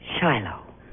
Shiloh